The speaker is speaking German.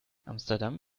amsterdam